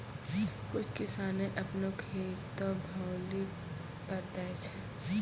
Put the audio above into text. कुछ किसाने अपनो खेतो भौली पर दै छै